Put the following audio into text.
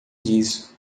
disso